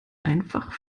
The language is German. einfach